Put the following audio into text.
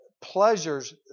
pleasures